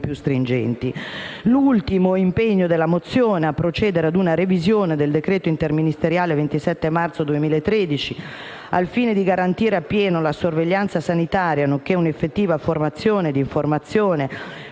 possibilità di procedere ad una revisione del decreto interministeriale 27 marzo 2013, al fine di garantire appieno la sorveglianza sanitaria nonché un'effettiva formazione e informazione